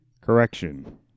Correction